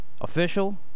official